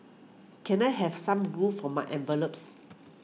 can I have some glue for my envelopes